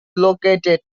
located